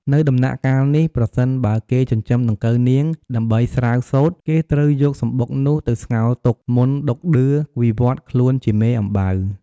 នៅដំណាក់កាលនេះ ប្រសិនបើគេចិញ្ចឹមដង្កូវនាង ដើម្បីស្រាវសូត្រ គេត្រូវយកសំបុកនោះទៅស្ងោរទុក មុនដក់ដឿ វិវត្តន៍ខ្លួនជាមេអំបៅ។